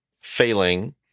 Failing